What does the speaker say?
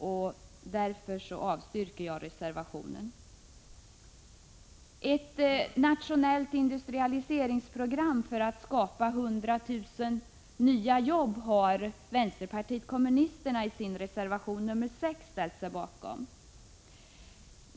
Därför avstyrker jag reservation 5. Ett nationellt industrialiseringsprogram för att skapa 100 000 nya jobb har vänsterpartiet kommunisterna i sin reservation 6 ställt sig bakom.